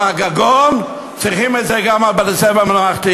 או הגגון, צריכים את זה גם בתי-ספר ממלכתיים.